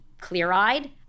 Clear-eyed